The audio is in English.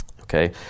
Okay